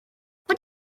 what